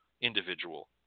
individual